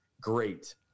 Great